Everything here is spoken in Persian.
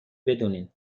بدونین